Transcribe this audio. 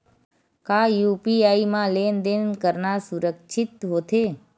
का यू.पी.आई म लेन देन करना सुरक्षित होथे?